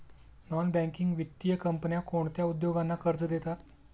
Non banking वित्तीय कंपन्या कोणत्या उद्योगांना कर्ज देतात?